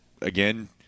again